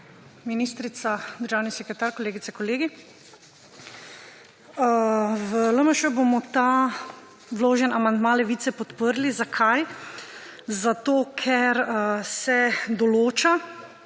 ministrica, državni sekretar, kolegice, kolegi! V LMŠ bomo ta vloženi amandma Levice podprli. Zakaj? Zato ker se določa